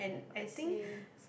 I see